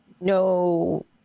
No